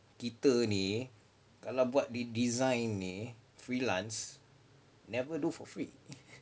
kita ni kalau buat design ni freelance never do for free